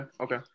okay